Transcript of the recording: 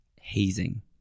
hazing